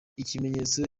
ikimenyetso